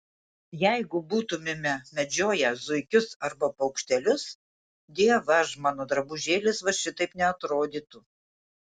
jeigu būtumėme medžioję zuikius arba paukštelius dievaž mano drabužėlis va šitaip neatrodytų